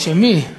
של מי?